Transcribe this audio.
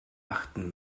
achten